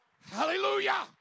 Hallelujah